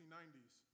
1990s